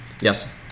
Yes